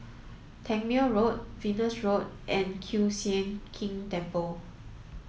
Tangmere Road Venus Road and Kiew Sian King Temple